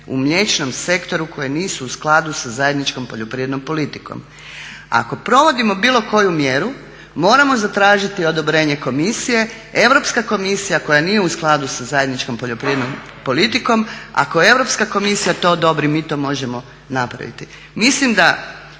u mliječnom sektoru koje nisu u skladu sa zajedničkom poljoprivrednom politikom. Ako provodimo bilo koju mjeru moramo zatražiti odobrenje komisije. Europska komisija koja nije u skladu sa zajedničkom poljoprivrednom politikom, ako Europska komisija to odobri mi to možemo napraviti. Mislim da